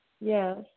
Yes